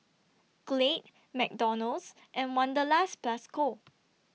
Glade McDonald's and Wanderlust Plus Co